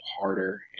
harder